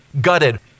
gutted